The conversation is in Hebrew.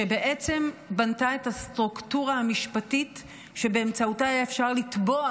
שבעצם בנתה את הסטרוקטורה המשפטית שבאמצעותה היה אפשר לתבוע